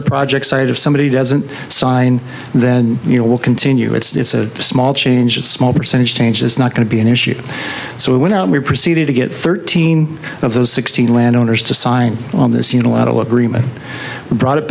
the project site if somebody doesn't sign then you know we'll continue it's a small change a small percentage change is not going to be an issue so we went out and we proceeded to get thirteen of those sixteen landowners to sign on this unilateral agreement brought it